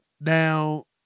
Now